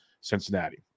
Cincinnati